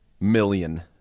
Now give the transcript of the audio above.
million